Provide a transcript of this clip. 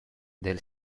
del